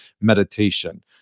meditation